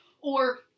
or-